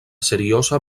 serioza